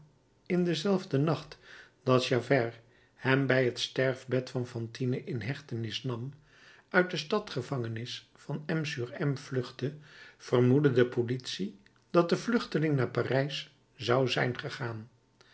valjean in denzelfden nacht dat javert hem bij het sterfbed van fantine in hechtenis nam uit de stadsgevangenis van m sur m vluchtte vermoedde de politie dat de vluchteling naar parijs zou zijn gegaan